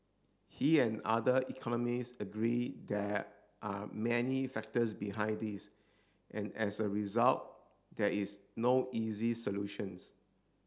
he and other economists agree there are many factors behind this and as a result there is no easy solutions